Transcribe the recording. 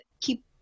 keep